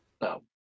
No